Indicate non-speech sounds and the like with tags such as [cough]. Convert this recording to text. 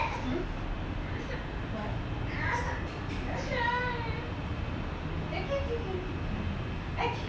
[noise] mm